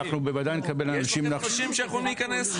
היום אנשים שיכולים להיכנס?